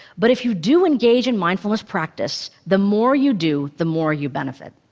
but if you do engage in mindfulness practice, the more you do, the more you benefit.